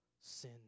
sin